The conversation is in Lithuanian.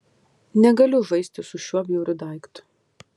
negaliu žaisti su šiuo bjauriu daiktu